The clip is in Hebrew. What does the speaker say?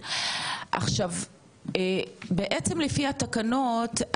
בעצם לפי התקנות,